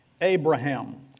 Abraham